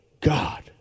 God